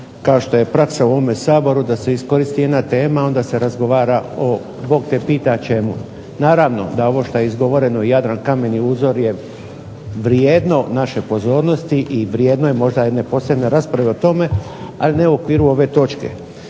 kao što je praksa u ovome Saboru da se iskoristi jedna tema, a onda se razgovara o Bog te pita čemu. Naravno da ovo što je izgovoreno Jadran kamen i uzor je vrijedno naše pozornosti i vrijedno je možda jedne posebne rasprave o tome, ali ne u okviru ove točke.